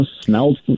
smelled